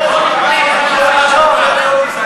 סופרים, מי חסר?